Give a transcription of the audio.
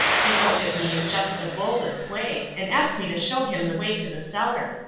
he looked at me in just the boldest way and asked me to show him the way to the cellar.